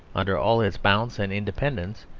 under all its bounce and independence,